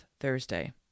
Thursday